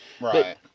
Right